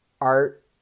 art